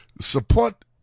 support